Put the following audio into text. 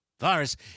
virus